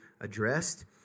addressed